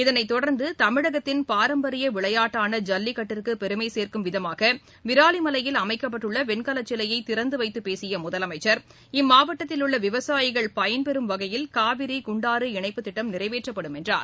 இதனைத்தொடர்ந்து தமிழகத்தின் பாரம்பரிய விளையாட்டான ஜல்லிக்கட்டிற்கு பெரும சேர்க்கும் விதமாக விராலிமலையில் அமைக்கப்பட்டுள்ள வெண்கலச் சிலையை திறந்துவைத்து பேசிய முதலமைச்சர் இம்மாவட்டத்தில் உள்ள விவசாயிகள் பயன்பெறும் வகையில் காவிரி குண்டாறு இணைப்புத்திட்டம் நிறைவேற்றப்படும் என்றார்